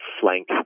flank